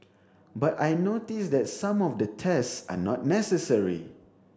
but I notice that some of the tests are not necessary